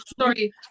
Sorry